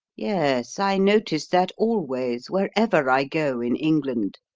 yes, i notice that always, wherever i go in england,